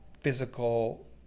physical